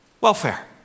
welfare